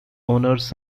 owners